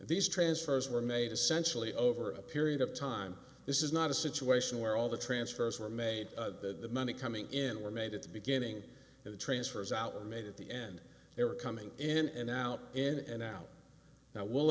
these transfers were made essentially over a period of time this is not a situation where all the transfers were made the money coming in were made at the beginning and the transfers out made at the end they were coming in and out in and out now will